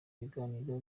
biganiro